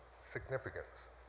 Significance